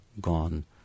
gone